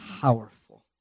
powerful